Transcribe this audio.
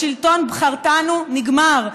לשלטון בחרתנו, נגמר.